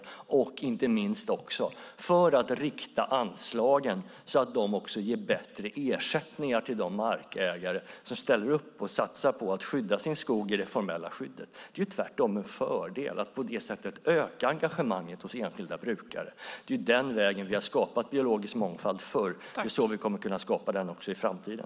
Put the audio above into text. Det är också, inte minst, för att rikta anslagen så att de ger bättre ersättningar till de markägare som ställer upp och satsar på att skydda sin skog i det formella skyddet. Det är en fördel att på detta sätt öka engagemanget hos enskilda brukare. Det är den vägen vi har skapat biologisk mångfald förr, och det är så vi kommer att kunna skapa den även i framtiden.